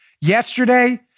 yesterday